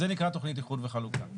זה נקרא תכנית איחוד וחלוקה.